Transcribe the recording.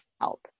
help